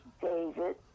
David